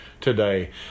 today